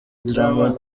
drama